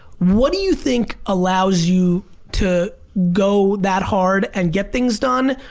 what do you think allows you to go that hard and get things done,